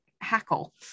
hackle